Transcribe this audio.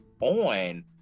on